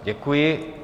Děkuji.